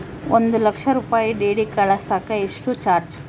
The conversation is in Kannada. ಒಂದು ಲಕ್ಷ ರೂಪಾಯಿ ಡಿ.ಡಿ ಕಳಸಾಕ ಎಷ್ಟು ಚಾರ್ಜ್?